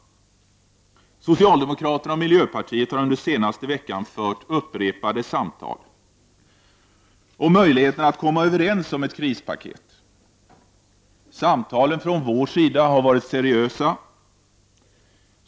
Socialdemokraterna och miljöpartiet har den senaste veckan fört upprepade samtal om möjligheterna att komma överens om ett krispaket. Samtalen har från vår sida varit seriösa.